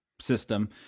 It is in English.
system